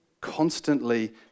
constantly